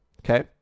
Okay